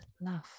love